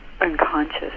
unconscious